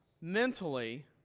mentally